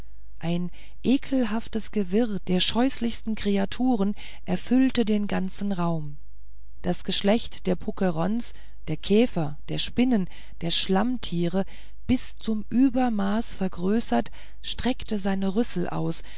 ein ekelhaftes gewirr der scheußlichsten kreaturen erfüllte den ganzen raum das geschlecht der pucerons der käfer der spinnen der schlammtiere bis zum übermaß vergrößert streckte seine rüssel aus